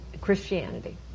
Christianity